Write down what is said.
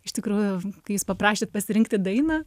iš tikrųjų kai jūs paprašėt pasirinkti dainą